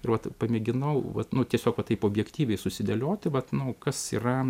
ir vat pamėginau vat nu tiesiog va taip objektyviai susidėlioti vat nu kas yra